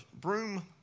broom